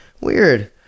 weird